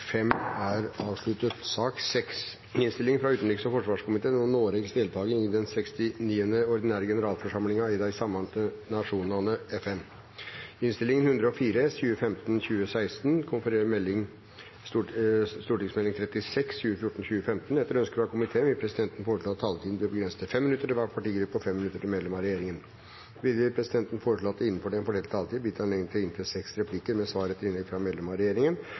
fra utenriks- og forsvarskomiteen vil presidenten foreslå at taletiden blir begrenset til 5 minutter til hver partigruppe og 5 minutter til medlem av regjeringen. Videre vil presidenten foreslå at det blir gitt anledning til replikkordskifte på inntil seks replikker med svar etter innlegg fra medlemmer av regjeringen innenfor den fordelte taletid, og at de som måtte tegne seg på talerlisten utover den fordelte taletid, får en taletid på inntil